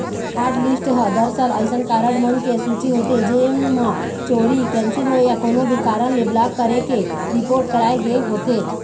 hotlist ह दरअसल अइसन कारड मन के सूची होथे जेन म चोरी, कैंसिल होए या कोनो भी कारन ले ब्लॉक करे के रिपोट कराए गे होथे